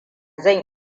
zan